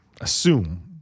assume